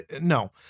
No